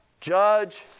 judge